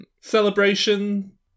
Celebration